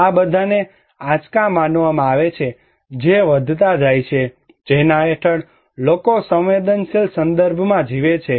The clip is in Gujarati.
આ બધાને આંચકા માનવામાં આવે છે જે વધતા જતા હોય છે જેના હેઠળ લોકો સંવેદનશીલ સંદર્ભમાં જીવે છે